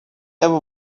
ever